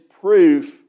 proof